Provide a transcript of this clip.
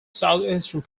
southeastern